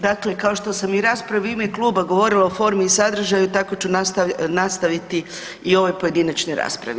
Dakle, kao što sam i u raspravu u ime kluba govorila o formi i sadržaju, tako ću nastaviti i u ovoj pojedinačnoj raspravi.